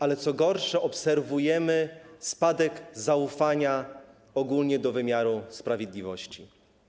Ale co gorsza, obserwujemy spadek zaufania ogólnie do wymiaru sprawiedliwości.